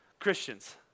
Christians